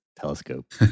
telescope